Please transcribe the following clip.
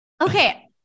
Okay